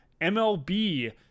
MLB